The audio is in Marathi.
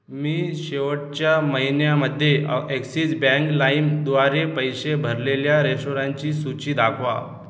मी शेवटच्या महिन्यामध्ये ॲक्सिस बँक लाईमद्वारे पैसे भरलेल्या रेस्टॉरंटची सूची दाखवा